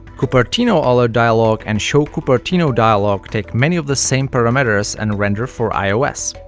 cupertinoalertdialog and showcupertionodialog take many of the same parameters and render for ios.